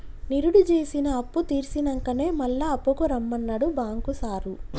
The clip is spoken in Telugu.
నిరుడు జేసిన అప్పుతీర్సినంకనే మళ్ల అప్పుకు రమ్మన్నడు బాంకు సారు